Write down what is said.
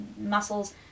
muscles